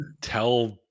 tell